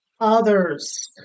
others